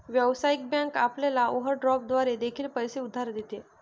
व्यावसायिक बँक आपल्याला ओव्हरड्राफ्ट द्वारे देखील पैसे उधार देते